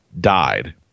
died